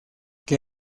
que